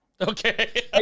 Okay